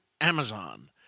Amazon